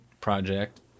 project